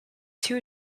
two